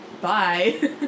Bye